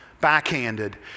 backhanded